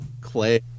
clay